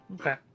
Okay